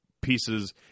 pieces